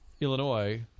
Illinois